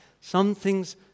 Something's